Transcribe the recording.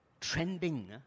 trending